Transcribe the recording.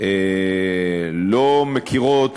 לא מכירות,